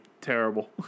terrible